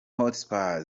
hotspur